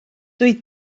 doedd